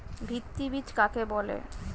ভিত্তি বীজ কাকে বলে?